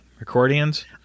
accordions